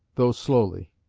though slowly.